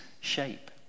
shape